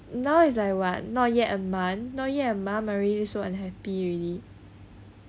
now it's like what not yet a month now yet ah my mom is already so unhappy already